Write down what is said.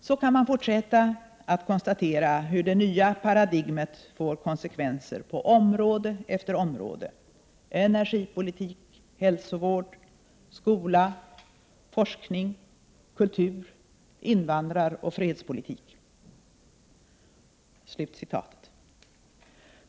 — Så kan man fortsätta med att konstatera hur det nya paradigmet får konsekvenser på område efter område: energipolitik, hälsovård, skola, forskning, kultur, invandraroch fredspolitik. Så långt Lars Norberg.